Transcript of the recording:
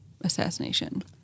assassination